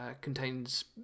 contains